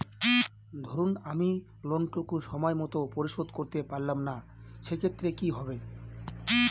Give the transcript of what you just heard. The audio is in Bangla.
ধরুন আমি লোন টুকু সময় মত পরিশোধ করতে পারলাম না সেক্ষেত্রে কি হবে?